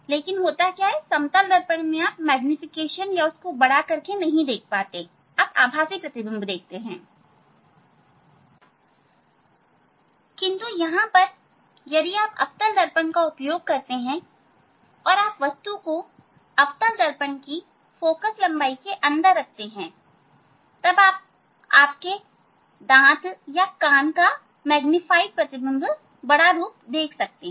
परंतु समतल दर्पण में आप इसका मैग्निफिकेशन नहीं कर सकते आप आभासी प्रतिबिंब देखते हैं परंतु यहां यदि आप अवतल दर्पण का उपयोग करते हैं और आप वस्तु को अवतल दर्पण की फोकल लंबाई के अंदर रखते हैं तब आप आपके दांत या कान का मैग्नीफाइड प्रतिबिंब देख सकते है